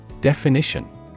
Definition